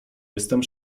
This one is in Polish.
jestem